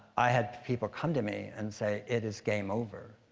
i had people come to me and say, it is game over.